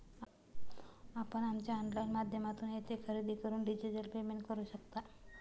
आपण आमच्या ऑनलाइन माध्यमातून येथे खरेदी करून डिजिटल पेमेंट करू शकता